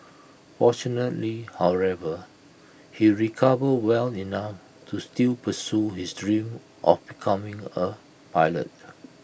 fortunately however he recovered well enough to still pursue his dream of becoming A pilot